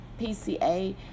pca